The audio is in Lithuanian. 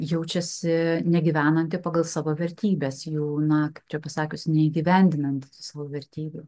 jaučiasi negyvenanti pagal savo vertybes jų na ką čia pasakius neįgyvendinanti savo vertybių